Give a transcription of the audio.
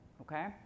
Okay